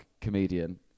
comedian